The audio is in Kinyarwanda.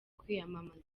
kwiyamamaza